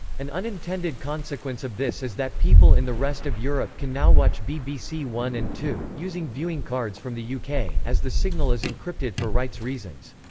an unintended consequence of this is that people in the rest of europe can now watch bbc one and two, using viewing cards from the yeah uk, as the signal is encrypted for rights reasons.